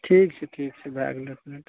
ठीक छै ठीक छै भए गेलय एतने टा